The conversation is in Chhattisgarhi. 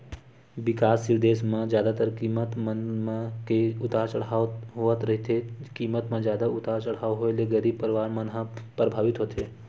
बिकाससील देस म जादातर कीमत मन म के उतार चड़हाव होवत रहिथे कीमत म जादा उतार चड़हाव होय ले गरीब परवार मन ह परभावित होथे